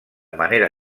manera